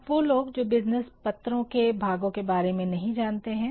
अब वो लोग जो बिज़नेस पत्रों के भागों के बारे में नहीं जानते है